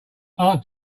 aunt